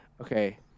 Okay